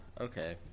Okay